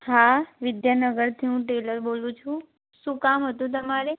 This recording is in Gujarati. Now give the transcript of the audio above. હા વિદ્યાનગરથી હું ટેલર બોલું છું શું કામ હતું તમારે